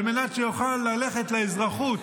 על מנת שיוכל ללכת לאזרחות,